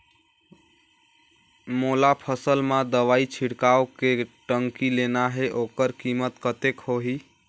मोला फसल मां दवाई छिड़काव के टंकी लेना हे ओकर कीमत कतेक होही?